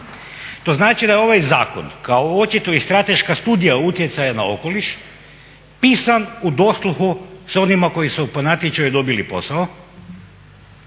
To znači da ovaj zakon kao očito i strateška studija utjecaja na okoliš pisan u dosluhu sa onima koji su po natječaju dobili posao